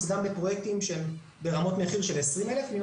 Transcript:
גם בפרויקטים ברמות מחיר של 20,000. מן